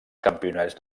campionats